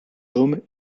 dômes